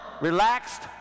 relaxed